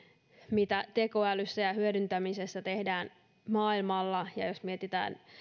mitä tekoälyssä ja sen hyödyntämisessä tehdään maailmalla jos mietitään